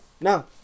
Now